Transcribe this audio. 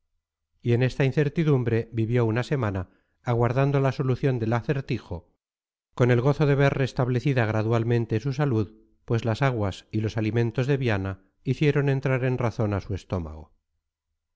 y en esta incertidumbre vivió una semana aguardando la solución del acertijo con el gozo de ver restablecida gradualmente su salud pues las aguas y los alimentos de viana hicieron entrar en razón a su estómago